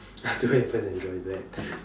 I don't even enjoy that